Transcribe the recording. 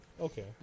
okay